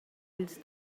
ils